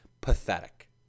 Pathetic